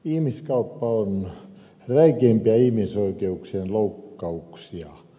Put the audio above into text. ihmiskauppa on räikeimpiä ihmisoikeuksien loukkauksia